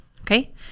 okay